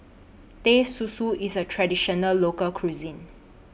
Teh Susu IS A Traditional Local Cuisine